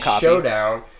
showdown